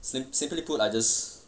sim~ simply put like this